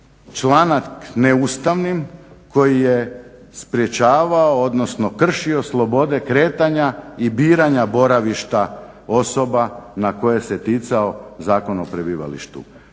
članak neustavnim koji je sprječavao, odnosno kršio slobode kretanja i biranja boravišta osoba na koje se ticao Zakon o prebivalištu.